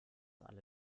alle